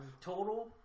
Total